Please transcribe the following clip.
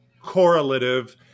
correlative